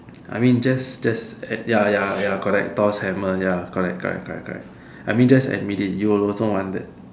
I mean just just ya ya correct tosh hammer ya correct correct correct I mean just admit it you would also want that